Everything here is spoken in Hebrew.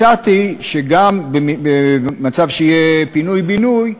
הצעתי שגם במצב שיהיה פינוי-בינוי,